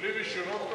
בלי רשיונות,